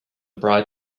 bride